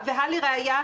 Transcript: ולראייה,